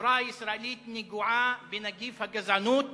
החברה הישראלית נגועה בנגיף הגזענות